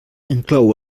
inclou